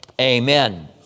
Amen